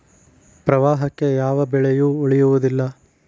ಪ್ರವಾಹಕ್ಕೆ ಯಾವ ಬೆಳೆಯು ಉಳಿಯುವುದಿಲ್ಲಾ